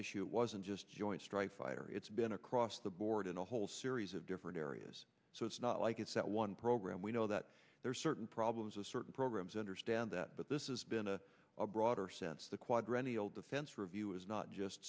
issue it wasn't just joint strike fighter it's been across the board in a whole series of different areas so it's not like it's that one program we know that there are certain problems a certain programs understand that but this is been a broader sense the quadrennial defense review is not just